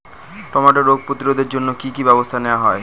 টমেটোর রোগ প্রতিরোধে জন্য কি কী ব্যবস্থা নেওয়া হয়?